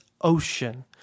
ocean